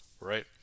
right